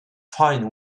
fine